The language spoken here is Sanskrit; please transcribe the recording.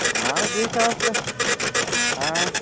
हा द्विसहस्रं हा